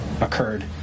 occurred